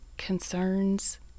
concerns